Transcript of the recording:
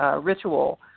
ritual